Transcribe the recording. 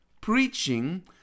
preaching